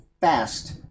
fast